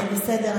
זה בסדר.